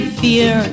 fear